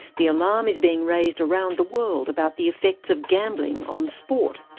the alarm is being raised around the world about the effects of gambling on sport.